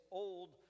old